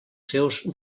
seus